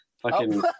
fucking-